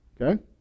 Okay